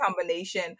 combination